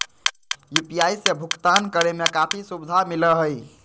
UPI से भुकतान करे में काफी सुबधा मिलैय हइ